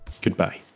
Goodbye